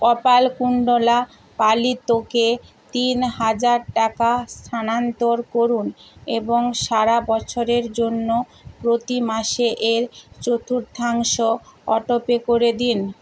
কপালকুণ্ডলা পালিতকে তিন হাজার টাকা স্থানান্তর করুন এবং সারা বছরের জন্য প্রতি মাসে এর চতুর্থাংশ অটো পে করে দিন